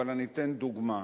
אבל אני אתן דוגמה: